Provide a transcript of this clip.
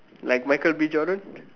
like Michael-B-Jordan